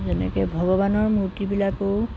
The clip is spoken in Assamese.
যেনেকৈ ভগৱানৰ মূৰ্তিবিলাকো